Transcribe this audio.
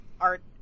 art